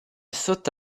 sotto